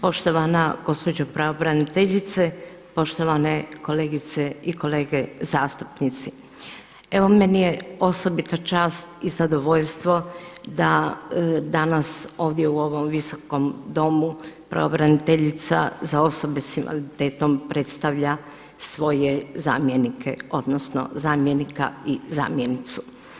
Poštovana gospođo pravobraniteljice, poštovane kolegice i kolege zastupnici evo meni je osobito čast i zadovoljstvo da danas ovdje u ovom Visokom domu pravobraniteljica za osobe s invaliditetom predstavlja svoje zamjenike odnosno zamjenika i zamjenicu.